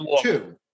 two